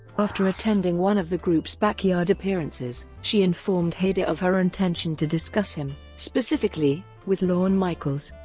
after attending one of the group's backyard appearances, she informed hader of her intention to discuss him, specifically, with lorne michaels,